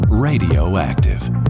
Radioactive